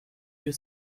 you